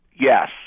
Yes